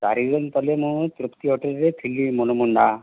ମୁଁ ତୃପ୍ତି ହୋଟେଲ୍ରେ ଥିଲି ମନମୁଣ୍ଡା